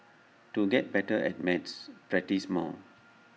to get better at maths practise more